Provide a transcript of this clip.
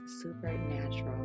supernatural